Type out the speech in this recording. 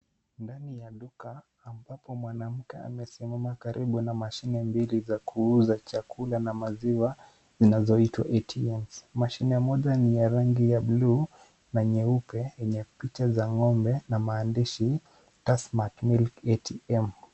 Ndani ya duka ambapo mwanamke amesimama karibu na mashine mbili za kuuza chakula na maziwa zinazoitwa ATMs . Mashine moja ni ya rangi ya buluu na nyeupe yenye picha za ng'ombe na maandishi Tassmatt milk ATM .